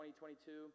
2022